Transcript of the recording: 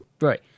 Right